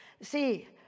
See